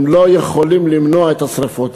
הם לא יכולים למנוע את השרפות.